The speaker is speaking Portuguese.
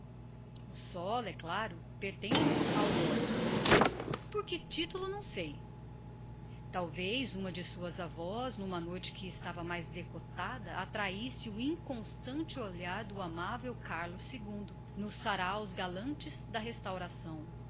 é claro pertence ao lord por que titulo não sei talvez uma de suas avós n'uma noite que estava mais decotada attrahisse o inconstante olhar do amavel carlos ii nos saráus galantes da restauração